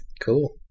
cool